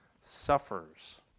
suffers